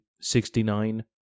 sixty-nine